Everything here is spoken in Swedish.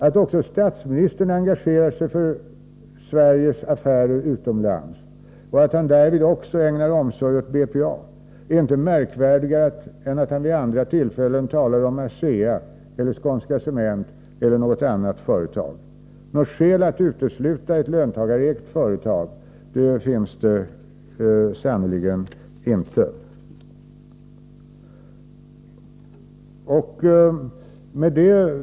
Att statsministern engagerar sig för Sveriges affärer utomlands och att han därvid också ägnar omsorg åt BPA är inte märkvärdigare än att han vid andra tillfällen talar om ASEA, Skånska Cement eller något annat företag. Något skäl att utesluta ett löntagarägt företag finns sannerligen inte.